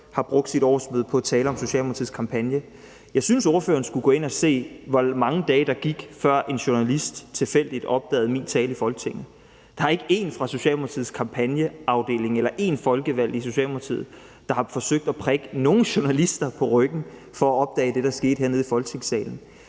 har brugt sit årsmøde på at tale om Socialdemokratiets kampagne. Jeg synes, ordføreren skulle gå ind og se, hvor mange dage der gik, før en journalist tilfældigt opdagede min tale i Folketinget. Der er ikke én fra Socialdemokratiets kampagnafdeling eller én folkevalgt i Socialdemokratiet, der har forsøgt at prikke nogen journalister på ryggen for at opdage det, der skete hernede i Folketingssalen.